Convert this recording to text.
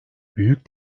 büyük